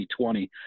2020